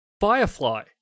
Firefly